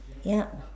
yup